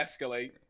escalate